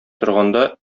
торганда